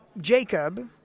Jacob